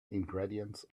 ingredients